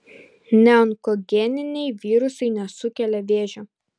neonkogeniniai virusai nesukelia vėžio